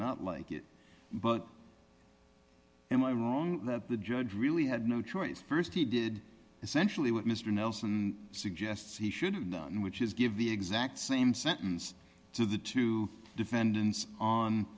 not like it but am i wrong that the judge really had no choice st he did essentially what mr nelson suggests he should and which is give the exact same sentence to the two defendants on